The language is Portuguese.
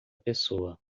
pessoa